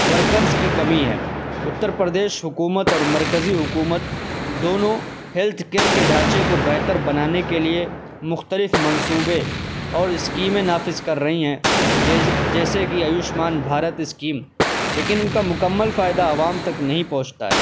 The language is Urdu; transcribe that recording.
ورکرز کی کمی ہیں اتر پردیش حکومت اور مرکزی حکومت دونوں ہیلتھ کیئر کے ڈھانچے کو بہتر بنانے کے لیے مختلف منصوبے اور اسکیمیں نافذ کر رہی ہیں جیسے کہ آیوشمان بھارت اسکیم لیکن ان کا مکمل فائدہ عوام تک نہیں پہنچتا ہے